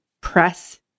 press